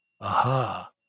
Aha